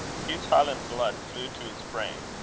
hugh's highland blood flew to his brain,